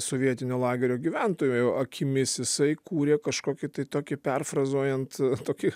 sovietinio lagerio gyventojų akimis jisai kūrė kažkokį tai tokį perfrazuojant tokį